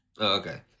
Okay